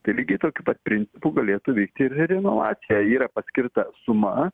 tai lygiai tokiu pat principu galėtų vykti ir renovacija yra paskirta suma